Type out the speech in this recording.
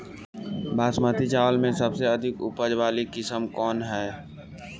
बासमती चावल में सबसे अधिक उपज वाली किस्म कौन है?